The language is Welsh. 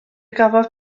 gafodd